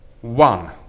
One